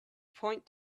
point